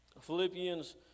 Philippians